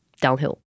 downhill